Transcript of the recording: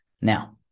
Now